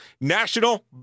National